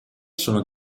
sono